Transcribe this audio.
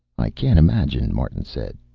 i can't imagine, martin said.